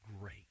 great